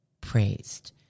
praised